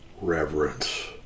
Reverence